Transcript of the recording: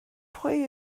pwy